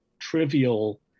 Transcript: trivial